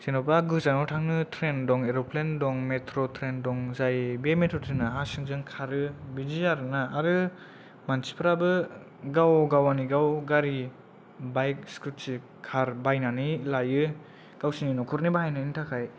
जेन'बा गोजानाव थांनो ट्रेन दं एर'फ्लेन दं मेट्र' ट्रेन दं जाय बे मेट्र' ट्रेना हा सिंजों खारो बिदि आरोना आरो मानसिफ्राबो गाव गावनि गाव गारि बाइक स्कुटि कार बायनानै लायो गावसिनि न'खरनि बाहायनायनि थाखाय